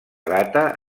data